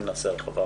אם נעשה הרחבה,